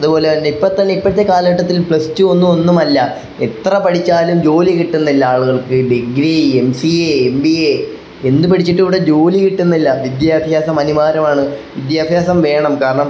അത്പോലെ തന്നെ ഇപ്പത്തന്നെ ഇപ്പഴത്തെ കാലഘട്ടത്തില് പ്ലസ് ടു ഒന്നും ഒന്നുമല്ല എത്ര പഠിച്ചാലും ജോലി കിട്ടുന്നില്ല ആളു degree M C A M B A എന്ത് പഠിച്ചിട്ടും ഇവിടെ ജോലി കിട്ടുന്നില്ല വിദ്യാഭ്യാസം അനിവാര്യമാണ് വിദ്യാഭ്യാസം വേണം കാരണം